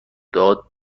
داد